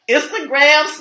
Instagram